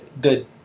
good